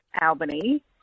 Albany